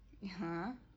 ya